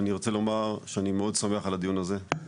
אני רוצה לומר שאני מאוד שמח על הדיון הזה,